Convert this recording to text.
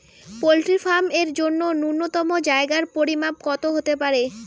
Poultry farm এর জন্য নূন্যতম জায়গার পরিমাপ কত হতে পারে?